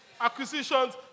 acquisitions